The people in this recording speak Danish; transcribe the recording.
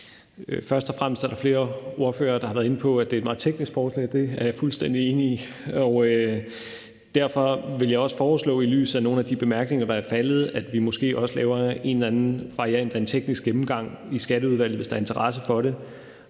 Først og fremmest er der flere ordførere, der var inde på, at det er et meget teknisk forslag. Det er jeg fuldstændig enig i, og derfor vil jeg også i lyset af nogle af de bemærkninger, der er faldet, foreslå, at vi måske også laver en eller anden variant af en teknisk gennemgang i Skatteudvalget, hvis der er interesse for det.